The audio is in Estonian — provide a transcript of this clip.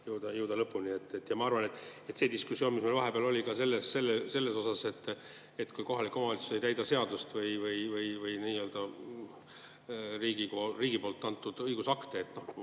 jõuda lõpuni. Ja ma arvan, et see diskussioon, mis meil vahepeal oli selle üle, et kui kohalik omavalitsus ei täida seadust või [muid] riigi antud õigusakte –